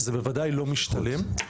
זה בוודאי לא משתלם.